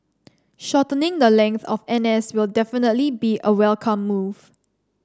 shortening the length of N S will definitely be a welcome move